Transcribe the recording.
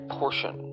portion